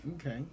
Okay